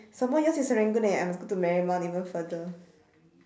some more yours is serangoon eh I must go to marymount even further